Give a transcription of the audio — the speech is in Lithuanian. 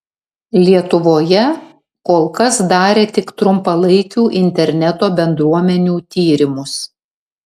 lietuvoje kol kas darė tik trumpalaikių interneto bendruomenių tyrimus